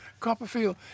Copperfield